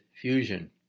fusion